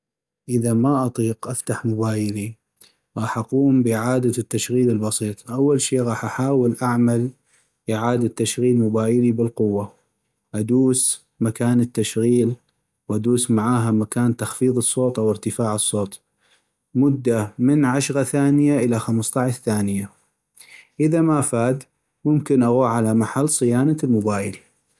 اذا ما اطيق افتح موبايلي ، غاح اقوم بإعادة التشغيل البسيط أول شي غاح احاول اعمل إعادة تشغيل موبايلي بالقوة ادوس مكان التشغيل وادوس معاها مكان تخفيض الصوت أو ارتفاع الصوت مدة من عشغا ثانية إلى خمسطعش ثانية اذا ما فاد ممكن اغوح على محل صيانة الموبايل.